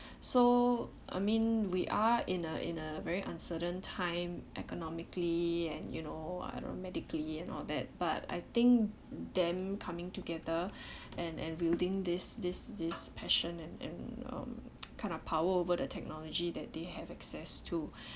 so I mean we are in a in a very uncertain time economically and you know I know medically and all that but I think them coming together and and building this this this passion and and um kind of power over the technology that they have access to